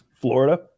Florida